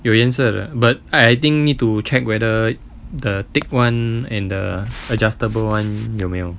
有颜色的 but I think you need to check whether the thick [one] and the adjustable [one] 有没有